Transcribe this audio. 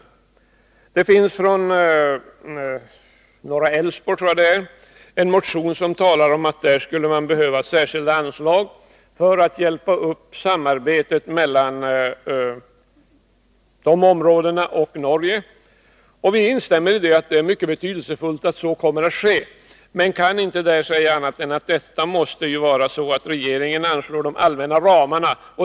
I en motion från norra Älvsborg talas det om att man skulle behöva särskilda anslag för att hjälpa upp industrisamarbetet mellan detta område och Norge. Vi instämmer i att det vore mycket betydelsefullt om så skulle ske, men det måste vara regeringen som anslår de allmänna ramarna.